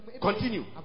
Continue